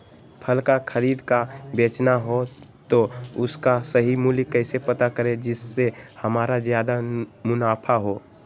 फल का खरीद का बेचना हो तो उसका सही मूल्य कैसे पता करें जिससे हमारा ज्याद मुनाफा हो?